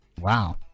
Wow